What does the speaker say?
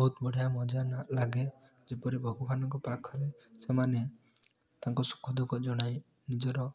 ବହୁତ ବଢ଼ିଆ ମଜା ନା ଲାଗେ ଯେପରି ଭଗବାନଙ୍କ ପାଖରେ ସେମାନେ ତାଙ୍କ ସୁଖଦୁଃଖ ଜଣାଇ ନିଜର